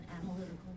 analytical